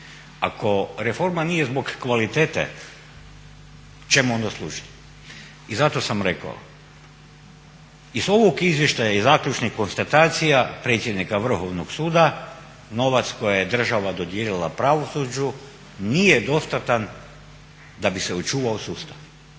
Ako reforma nije zbog kvalitete čemu onda služi? I zato sam rekao iz ovog izvještaja i zaključnih konstatacija predsjednika Vrhovnog suda novac koji je država dodijelila pravosuđu nije dostatan da bi se očuvao sustav.